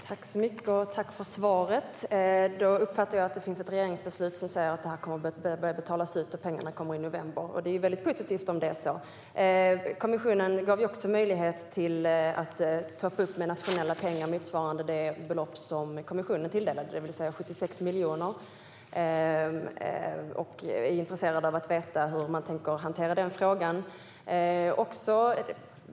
Herr talman! Tack för svaret! Jag uppfattar att det finns ett regeringsbeslut som säger att pengarna kommer att börja betalas ut i november. Det är positivt om det är så. Kommissionen gav möjlighet att trappa upp med nationella pengar motsvarande det belopp som kommissionen tilldelade, det vill säga 76 miljoner. Jag är intresserad av att veta hur man tänker hantera den frågan.